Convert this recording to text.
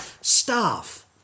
Staff